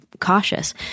cautious